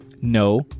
No